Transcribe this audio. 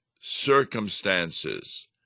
circumstances